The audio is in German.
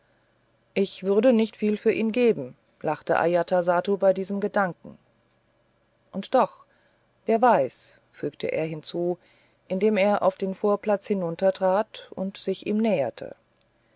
ich würde nicht viel für ihn geben lachte ajatasattu bei diesem gedanken und doch wer weiß fügte er hinzu indem er auf den vorplatz hinuntertrat und sich ihm näherte